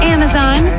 Amazon